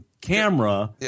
camera